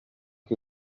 que